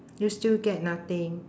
you'll still get nothing